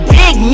big